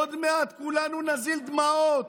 עוד מעט כולנו נזיל דמעות.